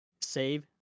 save